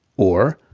or,